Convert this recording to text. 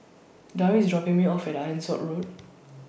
Darvin IS dropping Me off At Ironside Road